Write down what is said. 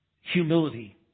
humility